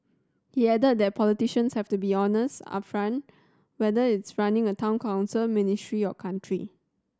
he added that politicians have to be honest upfront whether it's running a Town Council ministry or country